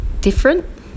different